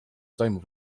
toimub